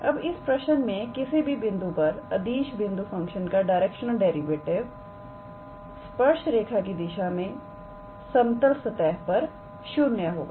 अब इस प्रश्न में किसी भी बिंदु पर अदिश बिंदु फंक्शन का डायरेक्शनल डेरिवेटिव स्पर्श रेखा की दिशा में समतल सतह पर 0 होगा